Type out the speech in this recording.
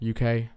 uk